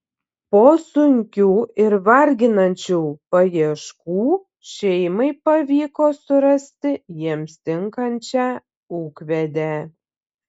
po sunkių ir varginančių paieškų šeimai pavyko surasti jiems tinkančią ūkvedę